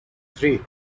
three